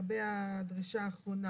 לגבי הדרישה האחרונה,